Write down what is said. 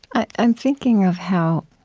i'm thinking of how,